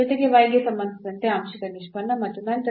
ಜೊತೆಗೆ ಗೆ ಸಂಬಂಧಿಸಿದಂತೆ ಆಂಶಿಕ ನಿಷ್ಪನ್ನ ಮತ್ತು ನಂತರ